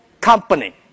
company